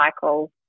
Cycle